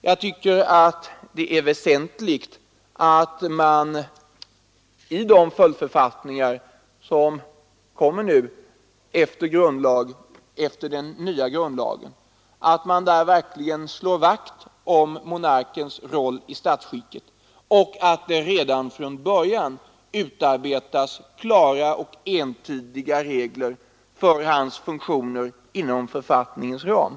Jag tycker att det är väsentligt att man i följdförfattningarna till de nya grundlagarna slår vakt om monarkens roll i statsskicket och att det redan från början utarbetas klara och entydiga regler för hans funktioner inom författningens ram.